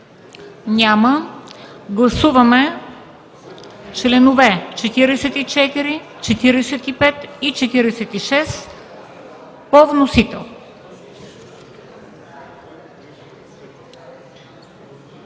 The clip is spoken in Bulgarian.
Няма. Гласуваме членове 44, 45 и 46 по вносител.